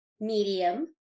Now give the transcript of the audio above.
Medium